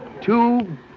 Two